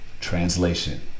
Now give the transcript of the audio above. Translation